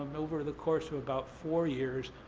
and over the course of about four years,